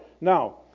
now